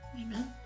Amen